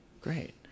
great